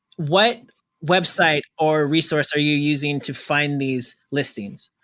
what website or resource are you using to find these listings?